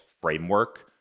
framework